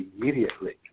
immediately